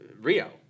Rio